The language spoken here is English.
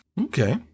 Okay